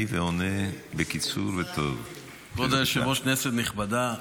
היושב-ראש, כנסת נכבדה,